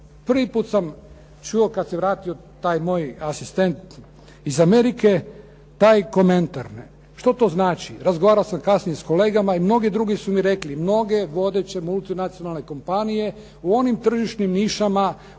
Prvi put sam čuo kad se vratio taj moj asistent iz Amerike taj komentar. Što to znači? Razgovarao sam kasnije s kolegama i mnogi drugi su mi rekli, mnoge vodeće multinacionalne kompanije u onim tržišnim nišama u kojima